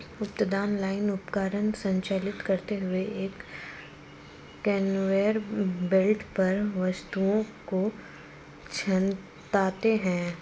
उत्पादन लाइन उपकरण संचालित करते हैं, एक कन्वेयर बेल्ट पर वस्तुओं को छांटते हैं